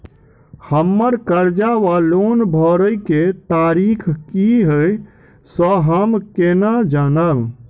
हम्मर कर्जा वा लोन भरय केँ तारीख की हय सँ हम केना जानब?